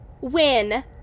win